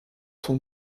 son